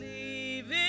leaving